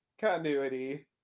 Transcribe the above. continuity